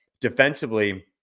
defensively